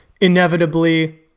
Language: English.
inevitably